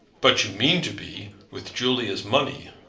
but you mean to be with julie's money?